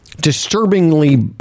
disturbingly